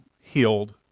healed